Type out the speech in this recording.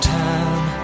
time